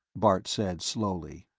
bart said slowly,